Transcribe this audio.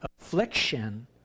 affliction